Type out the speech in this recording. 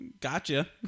Gotcha